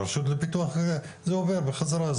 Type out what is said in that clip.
הרשות לפיתוח זה עובר וחזרה,